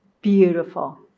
Beautiful